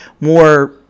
more